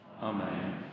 Amen